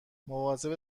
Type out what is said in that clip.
مواظب